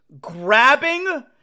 grabbing